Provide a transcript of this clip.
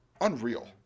unreal